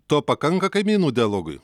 to pakanka kaimynų dialogui